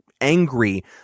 angry